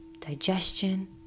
digestion